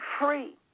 free